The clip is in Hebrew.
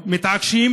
מתעקשים,